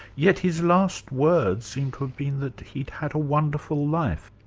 yet his last words seem to have been that he'd had a wonderful life.